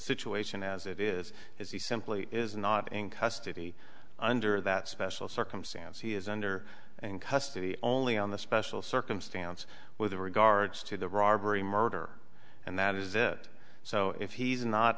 situation as it is is he simply is not in custody under that special circumstance he is under in custody only on the special circumstance with regards to the robbery murder and that is it so if he's not